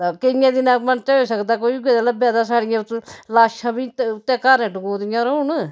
केइयै दिनै मनचै होई सकदा कोई उ'यैं देआ लब्भै तां साढ़ियां ओत्त लाशां बी उत्तै धारैं टंगोई दियां रौह्न